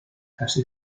casi